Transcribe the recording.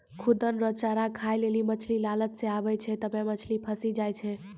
खुद्दन रो चारा खाय लेली मछली लालच से आबै छै तबै मछली फंसी जाय छै